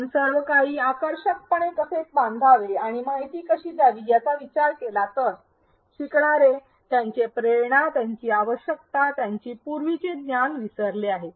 आपण सर्व काही आकर्षकपणे कसे बांधावे आणि माहिती कशी द्यावी याचा विचार केला तर शिकणारे त्यांचे प्रेरणा त्यांची आवश्यकता त्यांचे पूर्वीचे ज्ञान विसरले आहे